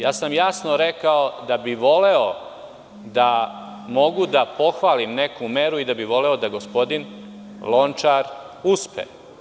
Jasno sam rekao da bih voleo da mogu da pohvalim neku meru i da bih voleo da gospodin Lončar uspe.